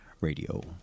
radio